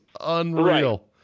Unreal